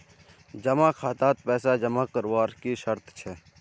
जमा खातात पैसा जमा करवार की शर्त छे?